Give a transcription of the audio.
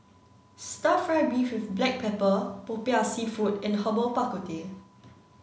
stir fry beef with black pepper popiah seafood and herbal bak ku teh